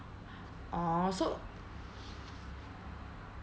orh so